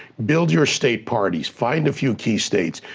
build your state parties, find a few key states,